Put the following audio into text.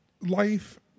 life